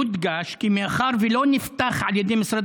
יודגש כי מאחר שלא נפתח על ידי משרד